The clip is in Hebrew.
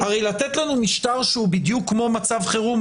הרי לתת לנו משטר שהוא בדיוק כמו מצב חירום,